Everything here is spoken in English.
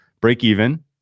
break-even